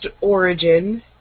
origin